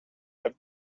have